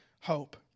hope